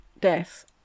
death